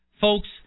Folks